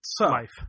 Life